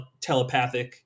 telepathic